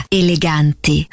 eleganti